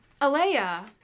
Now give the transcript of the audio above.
Alea